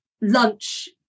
lunch